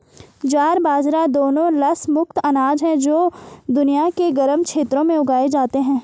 ज्वार बाजरा दोनों लस मुक्त अनाज हैं जो दुनिया के गर्म क्षेत्रों में उगाए जाते हैं